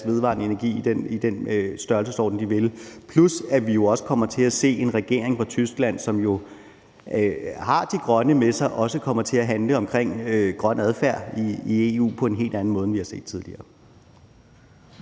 vedvarende energi i den størrelsesorden, de vil. Desuden kommer vi jo også til at se en regering for Tyskland, som har De Grønne med sig, og at det også kommer til at handle om grøn adfærd i EU på en helt anden måde, end vi har set tidligere.